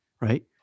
right